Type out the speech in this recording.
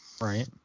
Right